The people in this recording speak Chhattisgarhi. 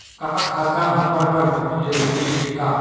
का खाता हमर बर बहुत जरूरी हे का?